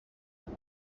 this